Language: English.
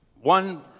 one